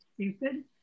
stupid